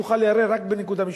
תוכל לערער רק בנקודה משפטית.